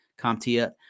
CompTIA